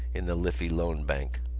in the liffey loan bank.